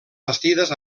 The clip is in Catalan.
bastides